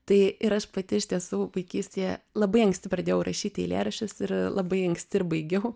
tai ir aš pati iš tiesų vaikystėje labai anksti pradėjau rašyti eilėraščius ir labai anksti ir baigiau